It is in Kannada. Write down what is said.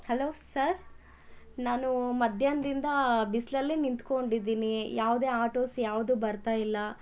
ಹಲೋ ಸರ್ ನಾನು ಮಧ್ಯಾಹ್ನದಿಂದ ಬಿಸಿಲಲ್ಲಿ ನಿಂತ್ಕೊಂಡಿದೀನಿ ಯಾವುದೇ ಆಟೋಸ್ ಯಾವುದು ಬರ್ತಾಯಿಲ್ಲ